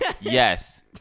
Yes